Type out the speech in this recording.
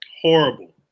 Horrible